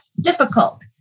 difficult